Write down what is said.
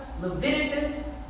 Leviticus